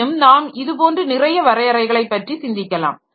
எனினும் நாம் இது போன்று நிறைய வரையறைகளை பற்றி சிந்திக்கலாம்